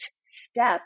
step